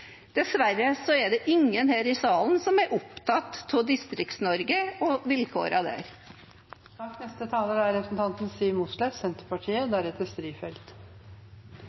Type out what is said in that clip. er det ingen her i salen som er opptatt av Distrikts-Norge og vilkårene der.